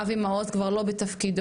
אבי מעוז כבר לא בתפקידו.